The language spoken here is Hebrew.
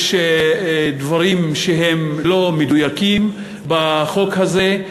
יש דברים שהם לא מדויקים בחוק הזה.